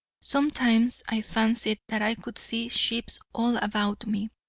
sometimes i fancied that i could see ships all about me,